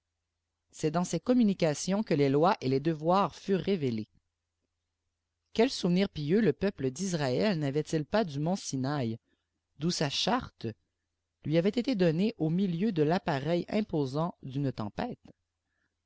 c'est dans ces communications que les lois et les'devoirs furent révélés quel souvenir pieux le peuple d'israël n'avait-il pas du mont sinaï d'où sa charte lui avait été donnée au milieu de l'appareil imposant d'une tempête